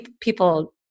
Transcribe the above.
people